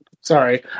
Sorry